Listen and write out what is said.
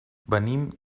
venim